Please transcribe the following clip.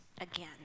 again